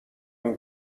این